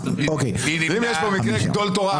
הצבעה ההסתייגות לא התקבלה.